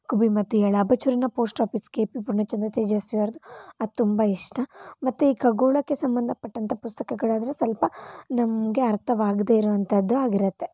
ಕುಬಿ ಮತ್ತು ಇಯಾಲ ಅಬಚೂರಿನ post office K P Poornachandra Tejaswi ಅವ್ರದ್ದು ಅದು ತುಂಬ ಇಷ್ಟ ಮತ್ತು ಈ ಖಗೋಳಕ್ಕೆ ಸಂಬಂಧಪಟ್ಟಂಥ ಪುಸ್ತಕಗಳಂದರೆ ಸ್ವಲ್ಪ ನಮಗೆ ಅರ್ಥವಾಗದೆ ಇರುವಂಥದ್ದು ಆಗಿರುತ್ತೆ